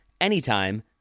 anytime